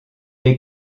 est